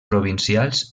provincials